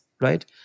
right